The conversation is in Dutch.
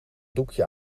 doekje